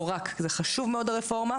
לא רק זה חשוב מאוד הרפורמה.